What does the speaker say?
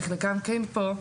וחלקן אולי כן פה,